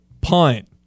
punt